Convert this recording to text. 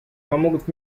помогут